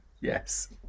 yes